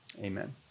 amen